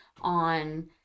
on